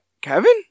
kevin